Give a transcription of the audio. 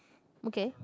okay